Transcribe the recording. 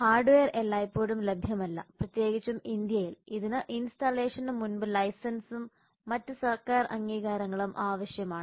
hardware എല്ലായ്പ്പോഴും ലഭ്യമല്ല പ്രത്യേകിച്ചും ഇന്ത്യയിൽ ഇതിന് ഇൻസ്റ്റാളേഷന് മുമ്പ് ലൈസൻസും മറ്റ് സർക്കാർ അംഗീകാരങ്ങളും ആവശ്യമാണ്